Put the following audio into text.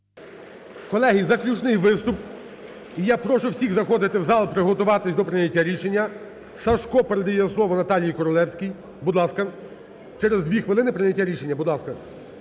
Колеги, заключний виступ. І я прошу всіх заходити в зал, приготуватись до прийняття рішення. Сажко передає слово Наталії Королевській. Будь ласка. Через дві хвилини прийняття рішення,